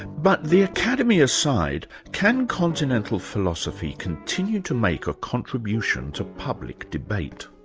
but, the academy aside, can continental philosophy continue to make a contribution to public debate.